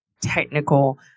technical